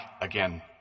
again